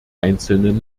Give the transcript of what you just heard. einzelnen